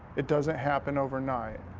it doesn't happen overnight